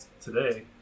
today